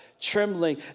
trembling